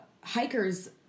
hikers